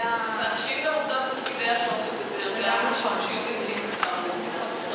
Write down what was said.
זה, והנשים גם עובדות יותר, במדינת ישראל.